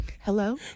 Hello